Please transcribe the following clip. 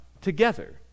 together